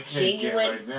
genuine